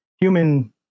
human